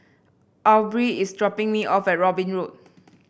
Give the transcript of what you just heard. Aubree is dropping me off at Robin Road